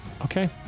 okay